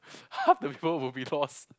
half the people will be lost